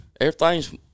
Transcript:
everything's